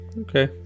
Okay